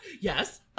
Yes